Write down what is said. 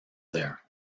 there